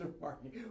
Martin